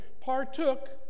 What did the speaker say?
partook